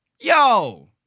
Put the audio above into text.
Yo